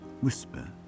whisper